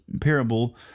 parable